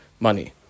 money